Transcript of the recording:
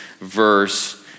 verse